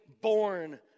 born